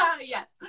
Yes